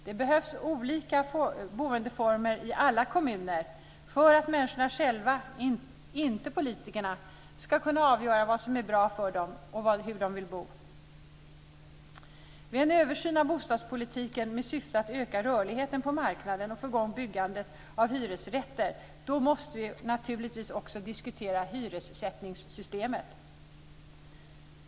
Det behövs olika boendeformer i alla kommuner för att människorna själva, inte politikerna, ska kunna avgöra vad som är bra för dem och hur de vill bo. Vid en översyn av bostadspolitiken med syfte att öka rörligheten på marknaden och få i gång byggandet av hyresrätter måste vi naturligtvis också diskutera hyressättningssystemet.